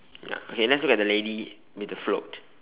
ya okay let's look at the lady with the float